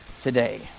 today